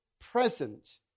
present